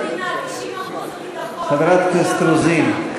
תקציב המדינה, 90% לביטחון, חברת הכנסת רוזין,